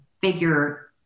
figure